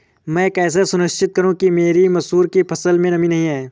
मैं कैसे सुनिश्चित करूँ कि मेरी मसूर की फसल में नमी नहीं है?